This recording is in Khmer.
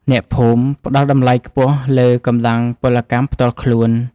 អ្នកភូមិផ្ដល់តម្លៃខ្ពស់លើកម្លាំងពលកម្មផ្ទាល់ខ្លួន។